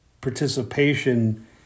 participation